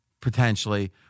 potentially